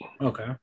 Okay